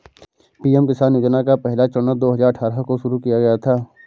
PM Kisan योजना का पहला चरण दो हज़ार अठ्ठारह को शुरू किया गया था